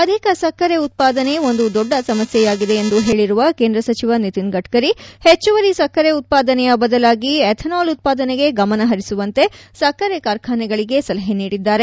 ಅಧಿಕ ಸಕ್ಕರೆ ಉತ್ಪಾದನೆ ಒಂದು ದೊಡ್ಡ ಸಮಸ್ಯೆಯಾಗಿದೆ ಎಂದು ಹೇಳಿರುವ ಕೇಂದ್ರ ಸಚಿವ ನಿತಿನ್ ಗಡ್ಕರಿ ಹೆಚ್ಚುವರಿ ಸಕ್ಕರೆ ಉತ್ಪಾದನೆಯ ಬದಲಾಗಿ ಎಥನಾಲ್ ಉತ್ಪಾದನೆಗೆ ಗಮನ ಹರಿಸುವಂತೆ ಸಕ್ಕರೆ ಕಾರ್ಖಾನೆಗಳಿಗೆ ಸಲಹೆ ನೀಡಿದ್ದಾರೆ